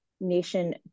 nation